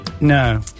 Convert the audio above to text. No